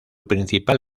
principal